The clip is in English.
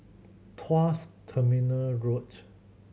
Tuas Terminal Road